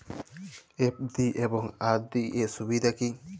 FD এবং RD এর সুবিধা কী?